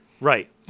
Right